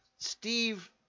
Steve